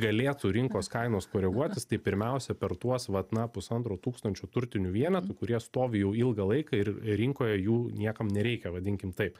galėtų rinkos kainos koreguotis tai pirmiausia per tuos vat na pusantro tūkstančio turtinių vienetų kurie stovi jau ilgą laiką ir rinkoje jų niekam nereikia vadinkim taip